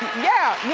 yeah!